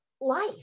life